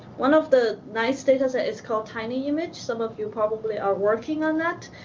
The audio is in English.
one of the nice dataset is called tiny image. some of you probably are working on that.